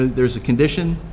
there's a condition,